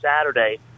Saturday